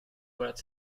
vårt